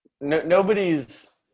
nobody's